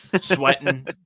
sweating